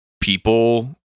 people